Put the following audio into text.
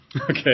Okay